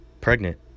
Pregnant